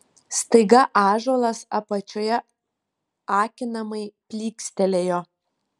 staiga ąžuolas apačioje akinamai plykstelėjo